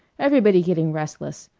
everybody getting restless.